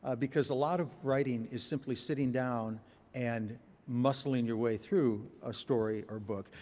ah because a lot of writing is simply sitting down and muscling your way through a story or book.